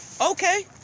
okay